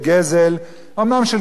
אומנם של כסף קטן,